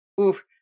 oof